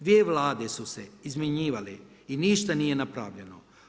Dvije vlade su se izmjenjivale i ništa nije napravljeno.